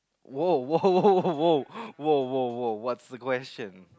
!woah! !woah! !woah! !woah! !woah! !woah! !woah! what's the question